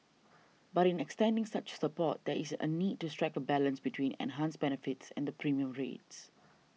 but in extending such support there is a need to strike a balance between enhanced benefits and premium rates